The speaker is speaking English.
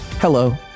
hello